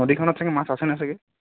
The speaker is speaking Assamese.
নদীখনত চাগে মাছ আছে নে চাগে